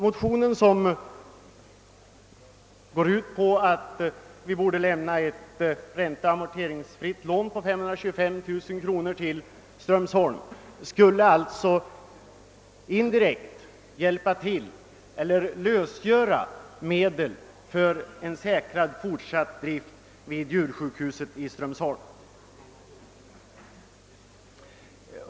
Motionerna går ut på att vi borde lämna ett ränteoch amorteringsfritt lån på 525 000 kronor till djursjukhuset i Strömsholm. Därigenom skulle vi indirekt lösgöra medel för en säkrad fortsatt drift.